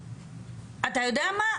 אתה יודע מה?